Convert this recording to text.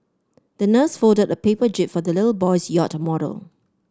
the nurse folded a paper jib for the little boy's yacht model